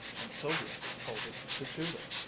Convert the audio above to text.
and sylvia told it to judith,